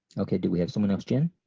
ok do we have someone else? jen?